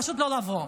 פשוט לא לבוא,